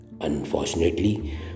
Unfortunately